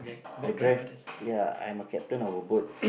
i drive ya I'm a captain of a boat